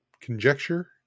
conjecture